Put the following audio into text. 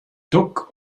duck